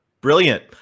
brilliant